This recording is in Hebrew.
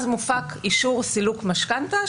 אז מופק אישור סילוק משכנתה,